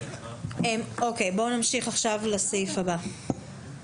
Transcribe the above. נמשיך לסעיף הבא,